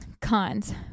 Cons